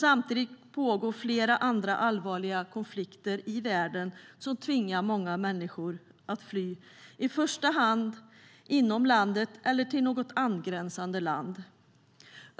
Samtidigt pågår flera andra allvarliga konflikter i världen som tvingar många människor att fly, i första hand inom landet eller till något angränsande land.